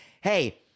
Hey